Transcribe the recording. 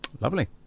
Lovely